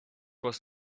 was